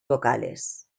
vocales